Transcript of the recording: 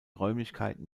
räumlichkeiten